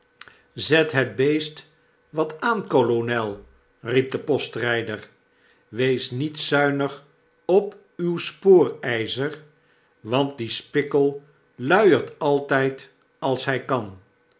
zet het beest wat aan kolonel i riep de postrper wees met zuinig op uw spooryzer want die spikkel luiert altijd als hy kan